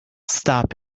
stop